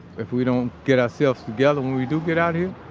if we don't get ourselves together when we do get out here,